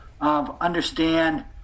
understand